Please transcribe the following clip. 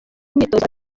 imyitozo